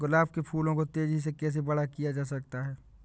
गुलाब के फूलों को तेजी से कैसे बड़ा किया जा सकता है?